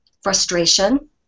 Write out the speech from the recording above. frustration